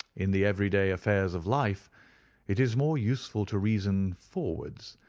in the every-day affairs of life it is more useful to reason forwards,